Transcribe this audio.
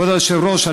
כבוד היושב-ראש,